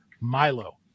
Milo